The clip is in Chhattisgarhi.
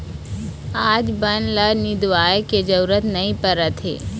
आज बन ल निंदवाए के जरूरत नइ परत हे